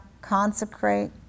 consecrate